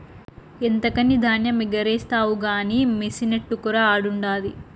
ఎంతకని ధాన్యమెగారేస్తావు కానీ మెసినట్టుకురా ఆడుండాది